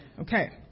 Okay